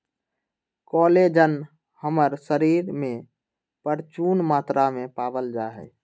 collagen हमर शरीर में परचून मात्रा में पावल जा हई